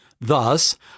Thus